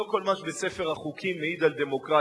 כל מה שבספר החוקים מעיד על דמוקרטיה.